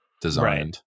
designed